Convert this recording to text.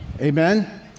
Amen